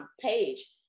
page